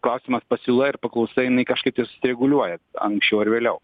klausimas pasiūla ir paklausa jinai kažkaip tai susireguliuoja anksčiau ar vėliau